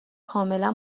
کاملا